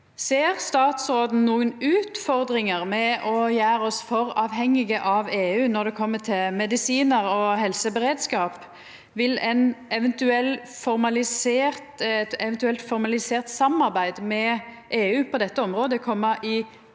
Ser statsråden nokon utfordringar med å gjera oss for avhengige av EU når det gjeld medisinar og helseberedskap? Vil eit eventuelt formalisert samarbeid med EU på dette området koma i